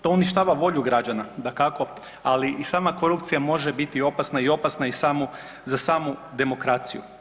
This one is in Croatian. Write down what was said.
To uništava volju građana dakako, ali i sam korupcija može biti opasna i opasna je za samu demokraciju.